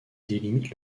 délimitent